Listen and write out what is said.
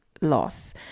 loss